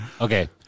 Okay